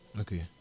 Okay